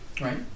Right